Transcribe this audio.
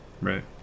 Right